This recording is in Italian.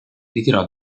ritirò